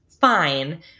fine